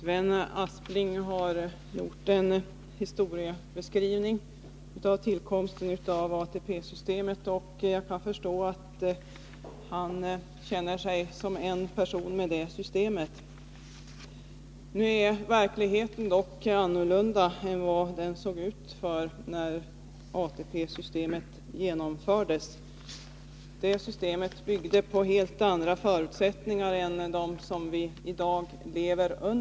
Herr talman! Sven Aspling har beskrivit tillkomsten av ATP-systemet och jag kan förstå att han känner sig ett med det systemet. Nu ser dock verkligheten annorlunda ut än när ATP-systemet genomfördes. Det systemet byggde på helt andra förutsättningar än dagens.